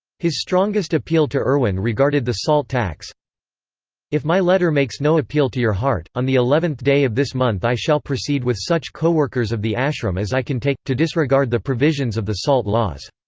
his strongest appeal to irwin regarded the salt tax if my letter makes no appeal to your heart, on the eleventh day of this month i shall proceed with such co-workers of the ashram as i can take, to disregard the provisions of the salt laws.